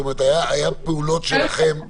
היו פעולות שלכם -- ברור.